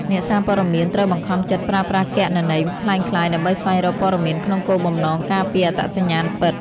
អ្នកសារព័ត៌មានត្រូវបង្ខំចិត្តប្រើប្រាស់គណនីក្លែងក្លាយ ដើម្បីស្វែងរកព័ត៌មានក្នុងគោលបំណងការពារអត្តសញ្ញាណពិត។